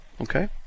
Okay